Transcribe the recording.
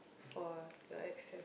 for your ex